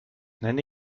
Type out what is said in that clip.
nenne